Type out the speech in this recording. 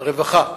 שר הרווחה.